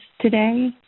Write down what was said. today